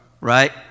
Right